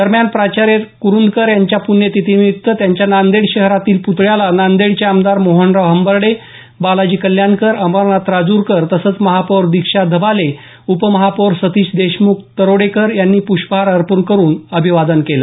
दरम्यान प्राचार्य क्रुंदकर यांच्या पूण्यतिथीनिमित्त त्यांच्या नांदेड शहरातील प्तळयाला नांदेडचे आमदार मोहनराव हंबर्डे बालाजी कल्याणकर अमरनाथ राजूरकर तसंच महापौर दिक्षा धबाले उपमहापौर सतिश देशमुख तरोडेकर यांनी पृष्पहार अर्पण करून अभिवादन केलं